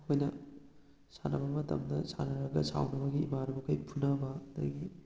ꯑꯩꯈꯣꯏꯅ ꯁꯥꯟꯅꯕ ꯃꯇꯝꯗ ꯁꯥꯟꯅꯔꯒ ꯁꯥꯎꯅꯕꯒꯤ ꯏꯃꯥꯟꯅꯕꯈꯩ ꯐꯨꯅꯕ ꯑꯗꯒꯤ